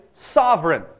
sovereign